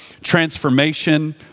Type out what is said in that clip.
transformation